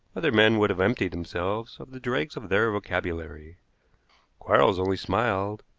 other men would have emptied themselves of the dregs of their vocabulary quarles only smiled,